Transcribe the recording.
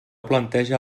planteja